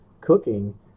cooking